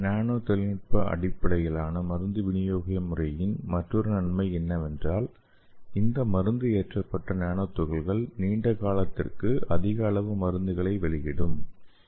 நானோ தொழில்நுட்ப அடிப்படையிலான மருந்து விநியோக முறையின் மற்றொரு நன்மை என்னவென்றால் இந்த மருந்து ஏற்றப்பட்ட நானோ துகள்கள் நீண்ட காலத்திற்கு அதிக அளவு மருந்துகளை வெளியிடும்